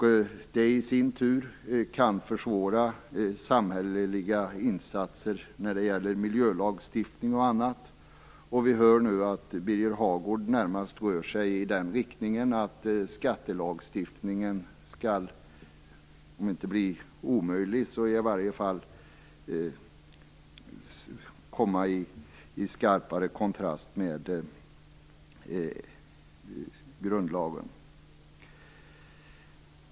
Det i sin tur kan försvåra samhälleliga insatser när det gäller miljölagstiftning och annat. Vi hör nu att Birger Hagård närmast rör sig i den riktningen att skattelagstiftningen skall om inte bli omöjlig så i varje fall komma i skarpare kontrast till grundlagen.